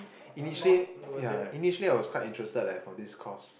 initially yeah initially I was quite interested leh for this course